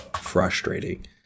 frustrating